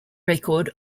record